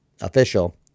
official